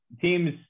teams